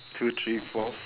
two three four